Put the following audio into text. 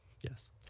Yes